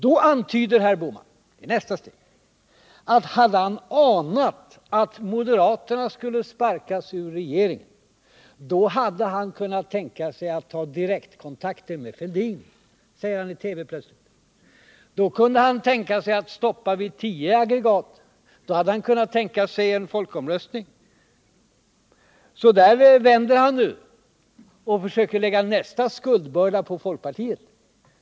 Då antyder herr Bohman — det är nästa steg — att hade han anat att moderaterna skulle sparkas ur regeringen, så hade han kunnat tänka sig att ta direktkontakt med herr Fälldin. Det säger han plötsligt i TV. Då hade han kunnat tänka sig att stoppa vid tio aggregat, då hade han kunnat tänka sig en folkomröstning. Där vänder herr Bohman nu och försöker lägga nästa skuldbörda på folkpartiet.